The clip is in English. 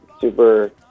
Super